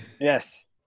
Yes